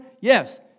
Yes